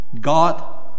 God